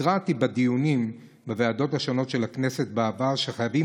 התרעתי בעבר בדיונים בוועדות השונות של הכנסת שחייבים